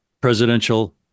presidential